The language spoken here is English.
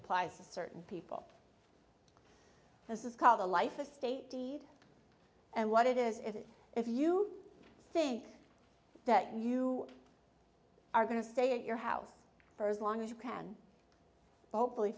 applies to certain people this is called a life estate deed and what it is if it if you think that you are going to stay in your house for as long as you can hopefully